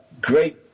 great